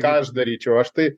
ką aš daryčiau aš tai